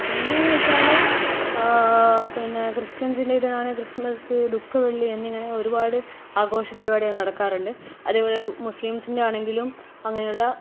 പിന്നേയെന്നു വെച്ചാൽ പിന്നെ ക്രിസ്ത്യൻസിൻ്റെ ഇതിനാണെങ്കിൽ ക്രിസ്തുമസ് ദുഃഖ വെള്ളി എന്നിങ്ങനെ ഒരുപാട് ആഘോഷ പരിപാടികൾ നടക്കാറുണ്ട് അതേപോലെ മുസ്ലിംസിൻ്റെ ആണെങ്കിലും അങ്ങനെയുള്ള